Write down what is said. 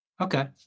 Okay